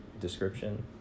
description